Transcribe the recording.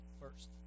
first